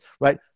right